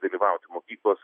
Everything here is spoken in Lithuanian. dalyvauti mokyklos